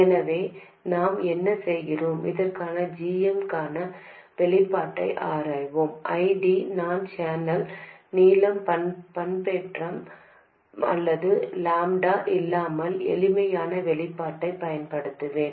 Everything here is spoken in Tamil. எனவே நாம் என்ன செய்கிறோம் இதற்காக g m க்கான வெளிப்பாட்டை ஆராய்வோம் I D நான் சேனல் நீளம் பண்பேற்றம் அல்லது லாம்ப்டா இல்லாமல் எளிமையான வெளிப்பாட்டைப் பயன்படுத்துவேன்